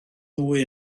nwy